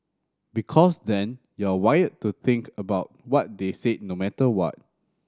because then you're wired to think about what they said no matter what